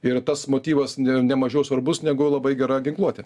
ir tas motyvas ne mažiau svarbus negu labai gera ginkluotė